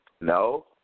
No